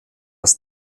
das